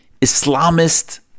Islamist